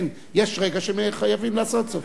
אין, יש רגע שחייבים לעשות זאת.